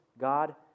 God